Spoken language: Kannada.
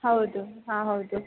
ಹೌದು ಹಾಂ ಹೌದು